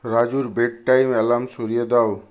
রাজুর bed time alarm সরিয়ে দাও